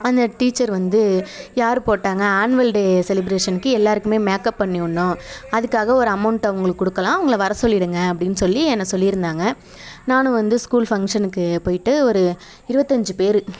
அந்த டீச்சர் வந்து யார் போட்டாங்க ஆன்வல் டே செலிப்ரேஷனுக்கு எல்லாேருக்குமே மேக்கப் பண்ணிவிட்ணும் அதுக்காக ஒரு அமௌண்ட் அவர்களுக்கு கொடுக்கலாம் அவங்கள வர சொல்லிவிடுங்க அப்படின்னு சொல்லி என்னை சொல்லியிருந்தாங்க நானும் வந்து ஸ்கூல் ஃபங்ஷனுக்கு போய்விட்டு ஒரு இருவத்தஞ்சுபேர்